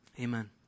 Amen